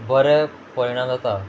बरें परिणाम जाता